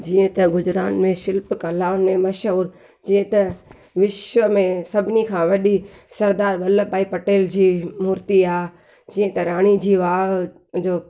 जीअं त गुजरात में शिल्प कला में मशहूरु जीअं त विश्व में सभिनी खां वॾी सरदार बल्लभ भाई पटेल जी मूर्ति आहे जीअं त राणी जी वाह जो